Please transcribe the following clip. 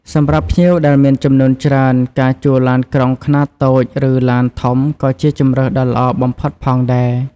សម្រាប់ភ្ញៀវដែលមានចំនួនច្រើន ការជួលឡានក្រុងខ្នាតតូចឬឡានធំក៏ជាជម្រើសដ៏ល្អបំផុតផងដែរ។